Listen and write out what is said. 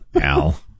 Al